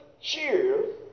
cheers